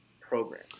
program